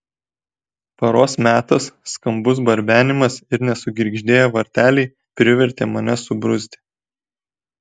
paros metas skambus barbenimas ir nesugirgždėję varteliai privertė mane subruzti